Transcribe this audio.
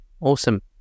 Awesome